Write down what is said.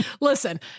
Listen